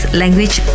language